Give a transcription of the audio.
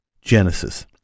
Genesis